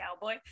cowboy